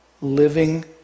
living